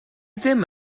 ddim